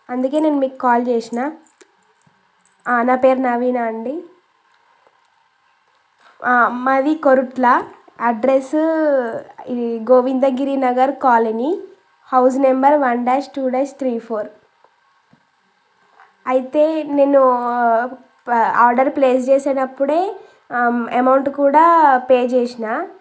అందుకని నేను మీకు కాల్ చేసిన నా పేరు నవీన అండి మాది కొరుట్ల అడ్రస్ ఇది Govindagiri Nagar colony house number one dash two dash three four అయితే నేను పా ఆర్డర్ ప్లేస్ చేసేటప్పుడు అమౌంట్ కూడా పే చేసిన